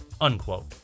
Unquote